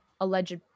alleged